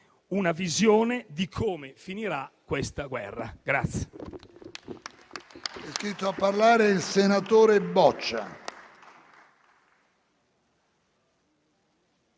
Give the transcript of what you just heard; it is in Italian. una visione di come finirà questa guerra.